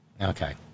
Okay